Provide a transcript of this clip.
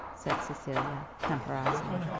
said cecilia temporizing.